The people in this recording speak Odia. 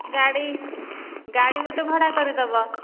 ଗାଡ଼ି ଗାଡ଼ି ଗୋଟେ ଭଡ଼ା କରିଦେବ